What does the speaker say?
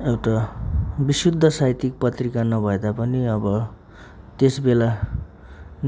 एउटा विशुद्ध साहित्यक पत्रिका नभए तापनि अब त्यसबेला